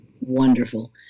Wonderful